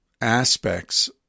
aspects